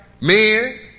Men